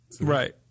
Right